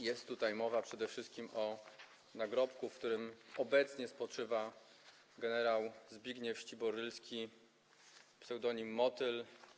Jest tutaj mowa przede wszystkim o nagrobku, gdzie obecnie spoczywa gen. Zbigniew Ścibor-Rylski, pseudonim „Motyl”